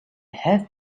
have